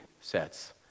sets